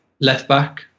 left-back